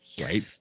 Right